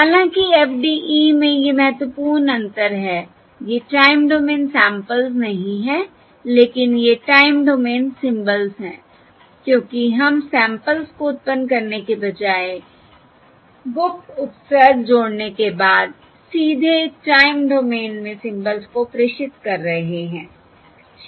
हालांकि FDE में ये महत्वपूर्ण अंतर है ये टाइम डोमेन सैंपल्स नहीं हैं लेकिन ये टाइम डोमेन सिंबल्स हैं क्योंकि हम सैंपल्स को उत्पन्न करने के बजाय गुप्त उपसर्ग जोड़ने के बाद सीधे टाइम डोमेन में सिंबल्स को प्रेषित कर रहे हैं ठीक है